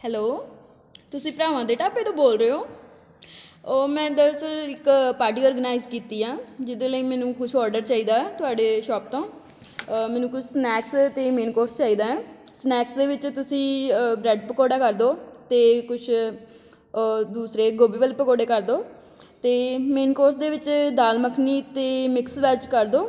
hello ਤੁਸੀਂ ਭਰਾਵਾਂ ਦੇ ਢਾਬੇ ਤੋਂ ਬੋਲ ਰਹੇ ਹੋ ਉਹ ਮੈਂ ਦਰਅਸਲ ਇੱਕ ਪਾਰਟੀ ਔਰਗਨਾਇਸ ਕੀਤੀ ਆ ਜਿਹਦੇ ਲਈ ਮੈਨੂ ਕੁਛ ਓਡਰ ਚਾਹੀਦਾ ਹੈ ਤੁਹਾਡੇ ਸ਼ੋਪ ਤੋਂ ਮੈਨੂੰ ਕੁਛ ਸਨੈਕਸ ਅਤੇ ਮੇਨ ਕੋਰਸ ਚਾਹੀਦਾ ਹੈ ਸਨੈਕਸ ਦੇ ਵਿੱਚ ਤੁਸੀਂ ਬਰੈਡ ਪਕੌੜਾ ਕਰ ਦਿਉ ਅਤੇ ਕੁਛ ਦੂਸਰੇ ਗੋਬੀ ਵਾਲੇ ਪਕੌੜੇ ਕਰ ਦਿਉ ਅਤੇ ਮੇਨ ਕੋਰਸ ਦੇ ਵਿੱਚ ਦਾਲ ਮੱਖਣੀ ਅਤੇ ਮਿਕਸ ਵੈੱਜ ਕਰ ਦਿਉ